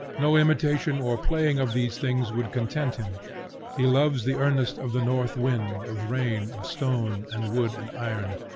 no imitation or playing of these things would content him he loves the earnest of the north wind, of rain, of stone, and wood, and iron.